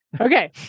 Okay